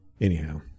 Anyhow